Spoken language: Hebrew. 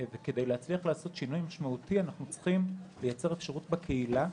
כדי להצליח לעשות שינוי משמעותי אנחנו צריכים לייצר אפשרות בקהילה,